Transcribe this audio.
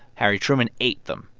harry truman ate them,